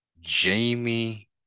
Jamie